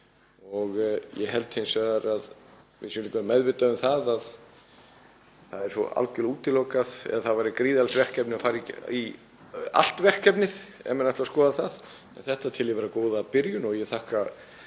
Ég held hins vegar að við séum líka meðvituð um að það er algerlega útilokað eða væri gríðarlegt verkefni að fara í allt verkefnið ef menn ætluðu að skoða það. Þetta tel ég vera góða byrjun og ég þakka